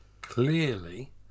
clearly